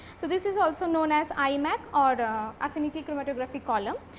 so, this is also known as imac or and affinity chromatography column.